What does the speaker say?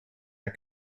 are